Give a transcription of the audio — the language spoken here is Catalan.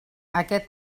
aquest